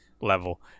level